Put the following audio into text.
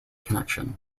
connection